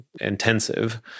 intensive